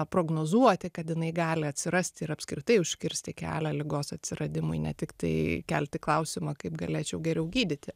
prognozuoti kad jinai gali atsirasti ir apskritai užkirsti kelią ligos atsiradimui ne tiktai kelti klausimą kaip galėčiau geriau gydyti